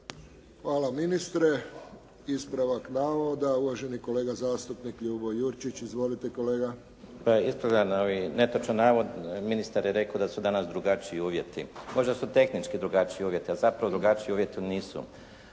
Hvala ministre. Ispravak navoda, uvaženi kolega zastupnik Ljubo Jurčić. Izvolite kolega. **Jurčić, Ljubo (SDP)** Pa ispravljam netočan navod. Ministar je rekao da su danas drugačiji uvjeti. Možda su tehnički drugačiji uvjeti, a zapravo drugačiji uvjeti nisu.